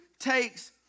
Takes